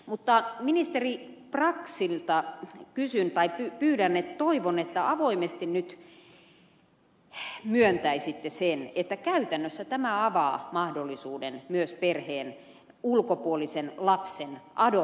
mutta toivon ministeri brax että avoimesti nyt myöntäisitte sen että käytännössä tämä avaa mahdollisuuden myös perheen ulkopuolisen lapsen adoptoimiseen